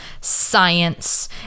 science